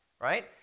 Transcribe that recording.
right